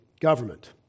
government